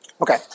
Okay